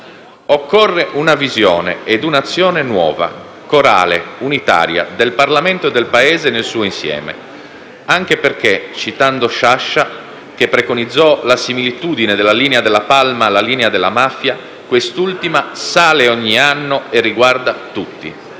Occorrono una visione e un'azione nuova, corale, unitaria, del Parlamento e del Paese nel suo insieme. Anche perché, citando Sciascia, che preconizzò la similitudine della linea della palma alla linea della mafia, quest'ultima sale ogni anno e riguarda tutti.